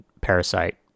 Parasite